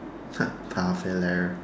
ha popular